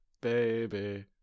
baby